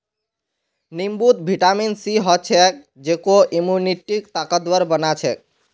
नींबूत vitamin C ह छेक जेको इम्यूनिटीक ताकतवर बना छेक